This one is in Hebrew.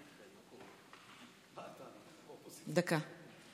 דקה.